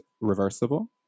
reversible